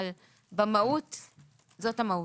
אבל במהות זאת המהות.